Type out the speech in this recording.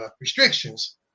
restrictions